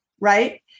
right